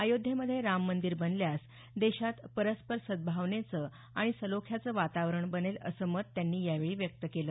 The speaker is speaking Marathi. अयोध्येमध्ये राम मंदिर बनल्यास देशात परस्पर सद्भावनेचं आणि सलोख्याचं वातावरण बनेल असं मत त्यांनी यावेळी व्यक्त केलं